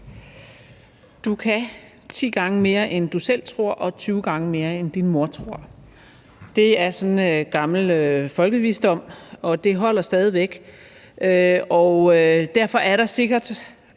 Du kan ti gange mere, end du selv tror, og 20 gange mere, end din mor tror. Det er sådan gammel folkevisdom, og den holder stadig væk. Derfor er der sikkert